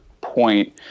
point